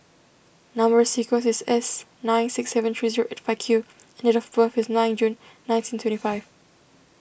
Number Sequence is S nine six seven three zero eight five Q and date of birth is nine June nineteen twenty five